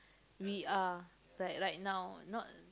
we are but right now not